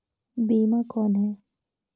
बीमा कौन है?